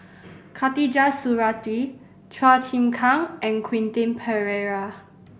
Khatijah Surattee Chua Chim Kang and Quentin Pereira